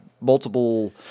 multiple